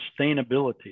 sustainability